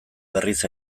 berriz